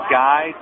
guy